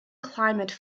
climate